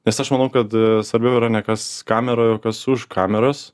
nes aš manau kad svarbiau yra ne kas kameroj o kas už kameros